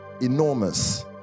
enormous